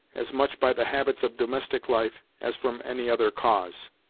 as much by the habits of domestic life as from any other cause.